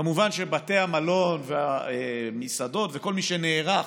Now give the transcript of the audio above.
כמובן שבתי המלון והמסעדות, וכל מי שנערך,